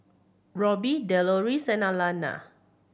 Robbie Deloris and Alana